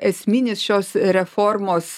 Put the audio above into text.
esminis šios reformos